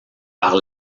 par